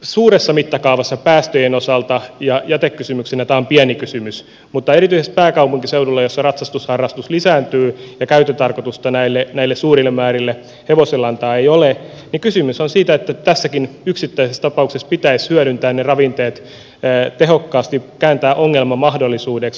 suuressa mittakaavassa päästöjen osalta ja jätekysymyksenä tämä on pieni kysymys mutta erityisesti pääkaupunkiseudulla missä ratsastusharrastus lisääntyy ja käyttötarkoitusta näille suurille määrille hevosenlantaa ei ole kysymys on siitä että tässäkin yksittäisessä tapauksessa pitäisi hyödyntää ne ravinteet tehokkaasti kääntää ongelma mahdollisuudeksi